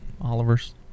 Oliver's